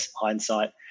hindsight